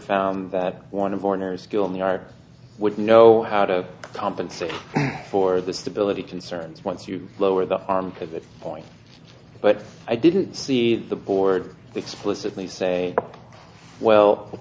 in the art would know how to compensate for the stability concerns once you lower the arm of the point but i didn't see the board explicitly say well